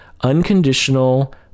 unconditional